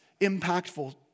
impactful